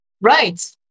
Right